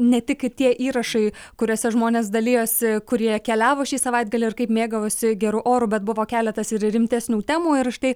ne tik tie įrašai kuriuose žmonės dalijosi kurie keliavo šį savaitgalį ar kaip mėgavosi geru oru bet buvo keletas ir rimtesnių temų ir štai